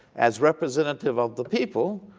as representative of the people,